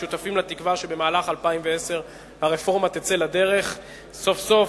שותפים לתקווה שבמהלך 2010 הרפורמה תצא לדרך סוף-סוף,